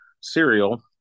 cereal